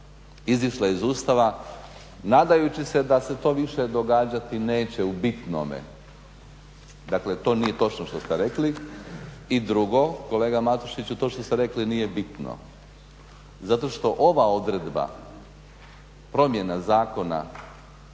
izišla iz Ustava nadajući se da se to više događati neće u bitnome. Dakle, to nije točno što ste rekli. I drugo, kolega Matušiću to što ste rekli nije bitno zato što ova odredba, promjena zakona